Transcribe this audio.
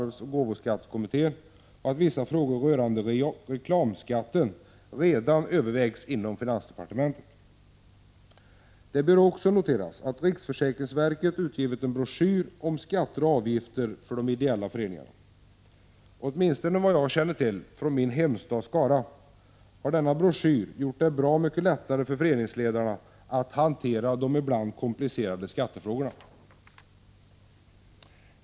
1985/86:127 och gåvoskattekommittén och att vissa frågor rörande reklamskatten redan 24 april 1986 Det bör också noteras att riksförsäkringsverket gett ut en broschyr om fdéella förent skatter och avgifter för de ideella föreningarna. Åtminstone vad jag känner ideella föreningar, m.m. till från min hemstad Skara har denna broschyr gjort det bra mycket lättare för föreningsledarna att hantera de ibland komplicerade skattefrågorna.